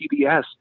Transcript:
PBS